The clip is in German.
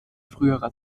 früherer